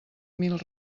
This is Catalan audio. mil